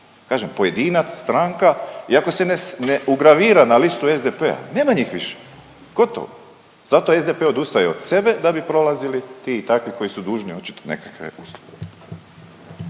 Kažem, pojedinac, stranka, iako se ne ugravira na listu SDP, nema njih više, gotovo. Zato SDP odustaje od sebe da bi prolazili ti i takvi koji su dužni očito nekakve usluge.